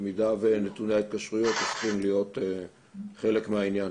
נתוני ההתקשרויות הופכים להיות חלק מעניין?